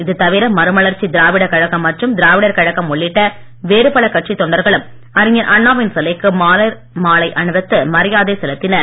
இதுதவிர மறுமலர்ச்சி திராவிடக் கழகம் மற்றும் திராவிடர் கழகம் உள்ளிட்ட வேறு பல கட்சித் தொண்டர்களும் அறிஞர் அண்ணாவின் சிலைக்கு மலர்மாலை அணிவித்து மரியாதை செலுத்தினர்